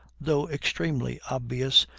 though extremely obvious,